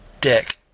dick